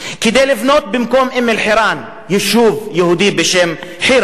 כדי לבנות במקום אום-אלחיראן יישוב יהודי בשם חירן